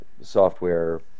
software